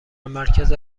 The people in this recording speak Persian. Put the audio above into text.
مرکز